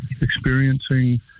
experiencing